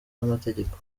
n’amategeko